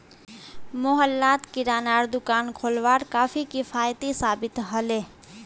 मोहल्लात किरानार दुकान खोलवार काफी किफ़ायती साबित ह ले